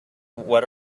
what